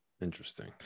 Interesting